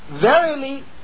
verily